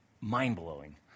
mind-blowing